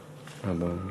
נתקבל.